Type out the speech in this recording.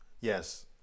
Yes